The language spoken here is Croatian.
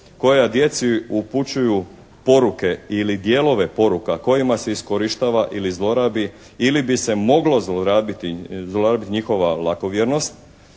koja djeci upućuju poruke ili dijelove poruka kojima se iskorištava ili zlorabi ili bi se moglo zlorabiti njihova lakovjernost